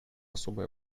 особой